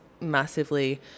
massively